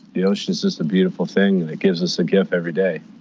the ocean is just a beautiful thing and gives us a gift every day.